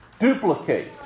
duplicate